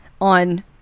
on